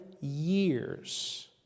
years